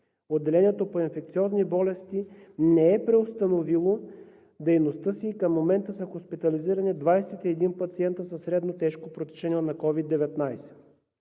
Отделението по инфекциозни болести не е преустановило дейността си и към момента са хоспитализирани 21 пациенти със средно тежко протичане на COVID-19.